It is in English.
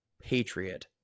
Patriot